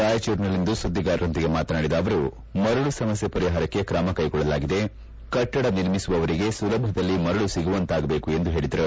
ರಾಯಚೂರಿನಲ್ಲಿಂದು ಸುದ್ದಿಗಾರರೊಂದಿಗೆ ಮಾತನಾಡಿದ ಅವರು ಮರಳು ಸಮಸ್ಕೆ ಪರಿಹಾರಕ್ಕೆ ಕ್ರಮ ಕೈಗೊಳ್ಳಲಾಗಿದೆ ಕಟ್ಟಡ ನಿರ್ಮಿಸುವವರಿಗೆ ಸುಲಭದಲ್ಲಿ ಮರಳು ಸಿಗುವಂತಾಗಬೇಕು ಎಂದು ಹೇಳದರು